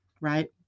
right